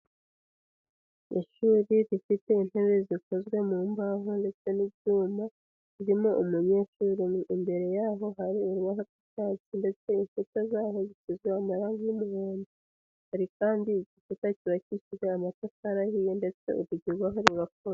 Ishuri rifite intebe zikozwe mu mbaho ndetse n'ibyuma ririmo umunyeshuri umwe, imbere yaho hari urubaho rw'icyatsi ndetse inkuta zaho zisize amarangi y'umuhodo, hari kandi igikuta cyubakishije amatafari ahiye ndetse urugi rwaho rurakora.